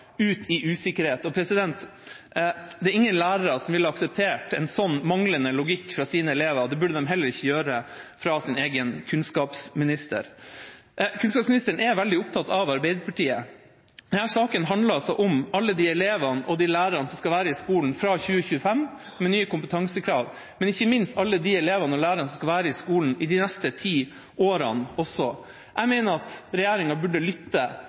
ut i usikkerhet. Det er ingen lærere som ville akseptert en sånn manglende logikk fra sine elever. Det burde de heller ikke gjøre fra sin egen kunnskapsminister. Kunnskapsministeren er veldig opptatt av Arbeiderpartiet. Denne saken handler altså om alle de elevene og lærerne som skal være i skolen fra 2025, med nye kompetansekrav, men ikke minst om alle de elevene og lærerne som skal være i skolen i de neste ti årene også. Jeg mener at regjeringa burde lytte